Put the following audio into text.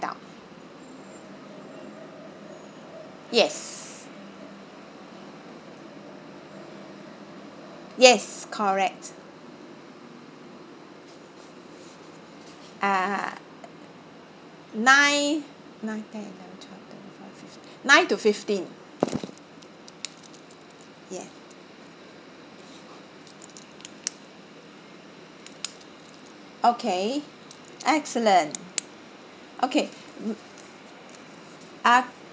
adult yes yes correct uh nine nine ten eleven twelve thirteen fourteen fifteen nine to fifteen yes okay excellent okay uh